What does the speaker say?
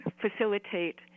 facilitate